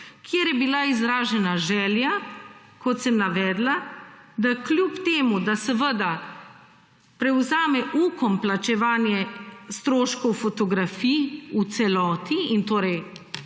kjer je bila izražena želja, kot sem navedla, da kljub temu, da seveda prevzame Ukom plačevanje stroškov fotografij v celoti in torej